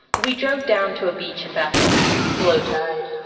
we drove down to a beach in bethel it's a low tide